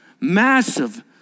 massive